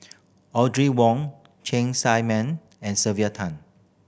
Audrey Wong Cheng Tsang Man and Sylvia Tan